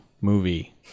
movie